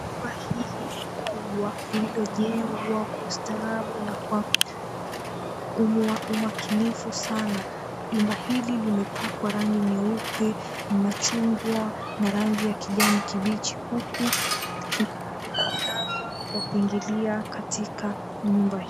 Jumba hili kubwa lilojengwa kwa ustaarabu na kwa umakinifu sana jumba hili limepakwa rangi nyeupe na chungwa na rangi ya kijani kibichi huku kuna mlango wakuingia katika nyumba hio.